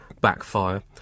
backfire